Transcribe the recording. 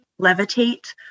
levitate